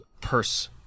purse